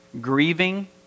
grieving